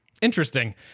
Interesting